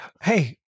Hey